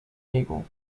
ego